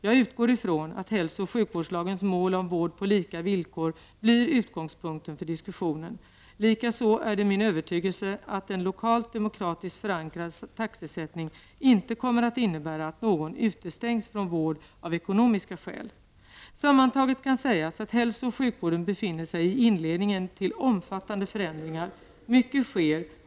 Jag utgår ifrån att hälsooch sjukvårdslagens mål om vård på lika villkor blir utgångspunkten för diskussionen. Likaså är det min övertygelse att en lokalt demokratiskt förankrad taxesättning inte kommer att innebära att någon utestängs från vård av ekonomiska skäl. Sammantaget kan sägas att hälso och sjukvården befinner sig i inledningen till omfattande förändringar. Mycket sker.